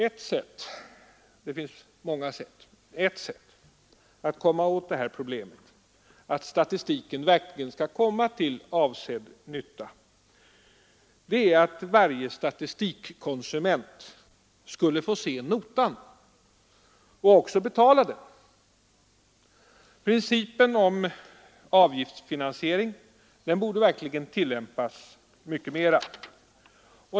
Ett sätt — det finns många sätt — att få statistiken att verkligen komma till avsedd nytta är att varje statistikkonsument får se notan och även betala den. Principen om avgiftsfinansiering borde verkligen tillämpas mycket mera.